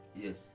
yes